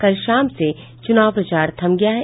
कल शाम से चुनाव प्रचार थम गया है